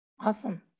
Awesome